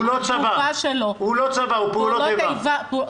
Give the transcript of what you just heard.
הוא לא צבא, הוא פעולות איבה.